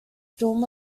storm